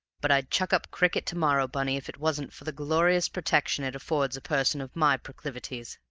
but i'd chuck up cricket to-morrow, bunny, if it wasn't for the glorious protection it affords a person of my proclivities.